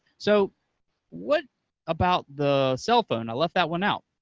so what about the cellphone? i left that one out,